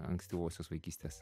ankstyvosios vaikystės